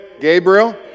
Gabriel